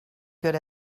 good